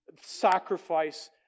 sacrifice